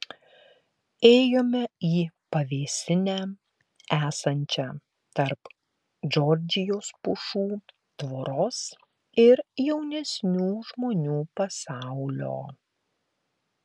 ėjome į pavėsinę esančią tarp džordžijos pušų tvoros ir jaunesnių žmonių pasaulio